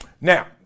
Now